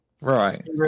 right